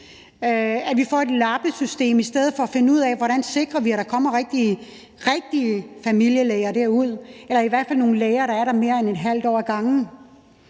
at vi får et lappesystem i stedet for at finde ud af, hvordan vi sikrer, at der kommer rigtige familielæger derud, eller i hvert fald nogle læger, der er der mere end et halvt år ad gangen.